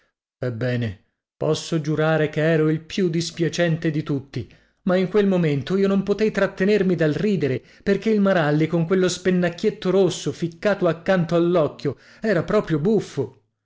ebbene posso giurare che ero il più dispiacente di tutti ma in quel momento io non potei trattenermi dal ridere perché il maralli con quello spennacchietto rosso ficcato accanto all'occhio era proprio buffo